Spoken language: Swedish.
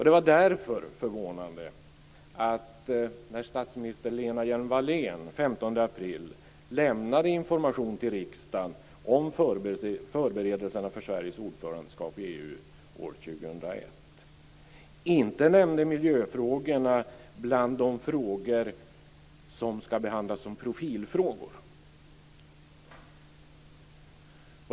Det var därför förvånande att vice statsminister Lena Hjelm-Wallén, när hon den 15 april lämnade information till riksdagen om förberedelserna för Sveriges ordförandeskap i EU år 2001, inte nämnde miljöfrågorna bland de frågor som skall behandlas som profilfrågor.